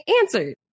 answered